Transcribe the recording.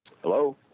hello